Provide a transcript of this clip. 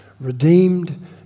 Redeemed